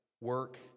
work